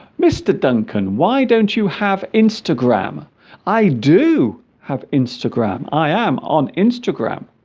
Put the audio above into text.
mr. duncan why don't you have instagram i do have instagram i am on instagram